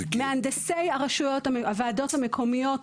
הוועדות המקומיות,